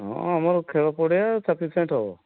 ହଁ ଆମର ଖେଳ ପଡ଼ିଆ ସଫିସିଏଣ୍ଟ୍ ହବ